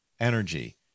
energy